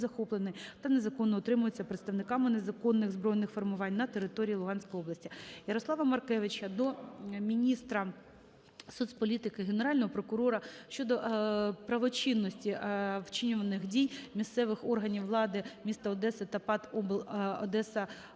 та незаконно утримується представниками незаконних збройних формувань на території Луганської області. Ярослава Маркевича до міністра соцполітики, Генерального прокурора щодо правочинності вчинюваних дій місцевих органів влади міста Одеса та ПАТ